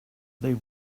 they